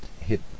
hit